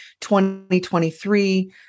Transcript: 2023